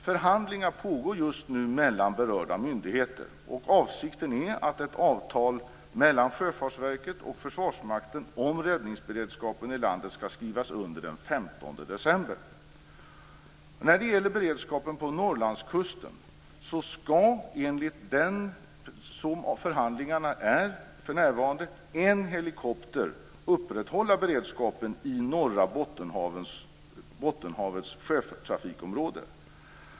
Förhandlingar pågår just nu mellan berörda myndigheter, och avsikten är att ett avtal mellan Sjöfartsverket och Försvarsmakten om räddningsberedskapen i landet skall skrivas under den När det gäller beredskapen på Norrlandskusten skall, enligt vad förhandlingarna i denna del för närvarande går ut på, en helikopter upprätthålla beredskapen i norra Bottenhavets sjötrafikområde.